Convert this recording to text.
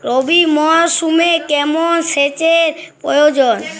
রবি মরশুমে কেমন সেচের প্রয়োজন?